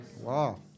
Wow